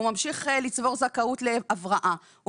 הוא ממשיך לצבור זכאות להבראה,